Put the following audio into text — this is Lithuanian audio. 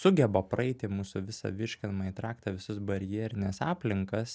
sugeba praeiti mūsų visą virškinamąjį traktą visus barjerines aplinkas